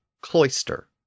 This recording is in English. cloister